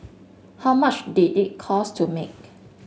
how much did it cost to make